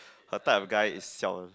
her type of guy is Xiao-En